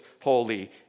holy